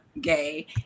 gay